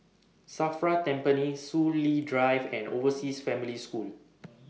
SAFRA Tampines Soon Lee Drive and Overseas Family School